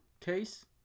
case